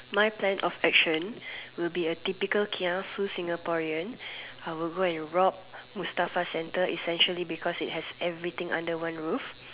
my plan of action will be a typical kiasu Singaporean I will go and rob Mustafa centre essentially because it has everything under one roof